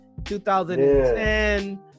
2010